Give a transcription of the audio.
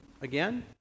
again